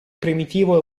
primitivo